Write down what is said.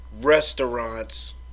restaurants